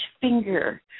finger